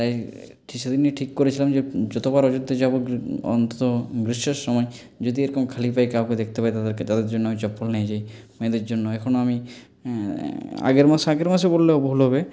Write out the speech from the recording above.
তাই কিছুদিন ঠিক করেছিলাম যে যতবার অযোধ্যা যাবো অন্তত গ্রীষ্মের সময় যদি এরকম খালি পায়ে কাউকে দেখতে পাই তাদেরকে তাদের জন্য আমি চপ্পল নিয়ে যাই মেয়েদের জন্য এখনও আমি আগের মাসে আগের মাসে বললেও ভুল হবে